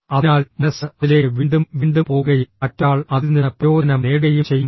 അതിനാൽ മനസ്സ് അതിലേക്ക് വീണ്ടും വീണ്ടും പോകുകയും മറ്റൊരാൾ അതിൽ നിന്ന് പ്രയോജനം നേടുകയും ചെയ്യും